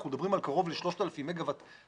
אנחנו מדברים על קרוב ל-3,000 מגה-ואט אגירה.